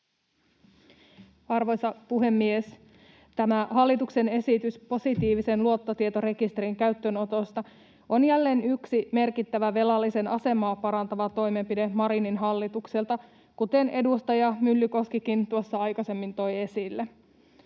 Arvoisa puhemies! Tämä hallituksen esitys positiivisen luottotietorekisterin käyttöönotosta on jälleen yksi merkittävä velallisen asemaa parantava toimenpide Marinin hallitukselta, kuten edustaja Myllykoskikin tuossa aikaisemmin toi esille.